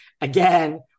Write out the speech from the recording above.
again